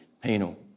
penal